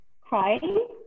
crying